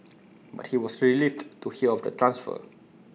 but he was relieved to hear of the transfer